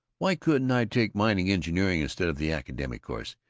why couldn't i take mining engineering instead of the academic course?